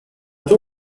two